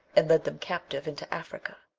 and led them captive into africa.